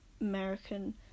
American